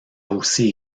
aussi